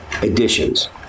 Additions